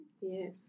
yes